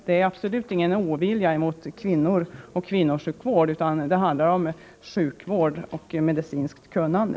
Det är absolut inte fråga om någon ovilja mot kvinnor och mot kvinnosjukvård, utan det handlar om sjukvård och medicinskt kunnande.